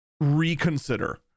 reconsider